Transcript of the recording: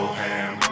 ham